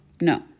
No